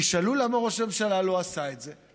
תשאלו: למה ראש הממשלה לא עשה את זה?